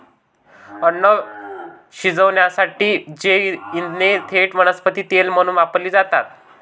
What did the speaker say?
अन्न शिजवण्यासाठी जैवइंधने थेट वनस्पती तेल म्हणून वापरली जातात